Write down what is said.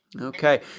Okay